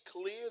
clear